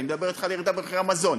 אני מדבר אתך על ירידה במחירי המזון: